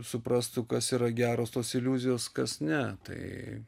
suprastų kas yra geros tos iliuzijos kas ne tai